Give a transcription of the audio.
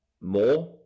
more